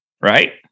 right